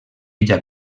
ella